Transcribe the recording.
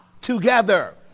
Together